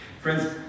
Friends